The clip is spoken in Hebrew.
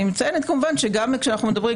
אני מציינת כמובן שגם כשאנחנו מדברים,